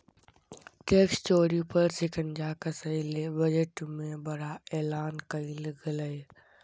tax चोरी पर शिकंजा कसय ले बजट में बड़ा एलान कइल गेलय